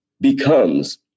becomes